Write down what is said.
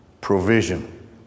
provision